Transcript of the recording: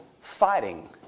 fighting